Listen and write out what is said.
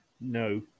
No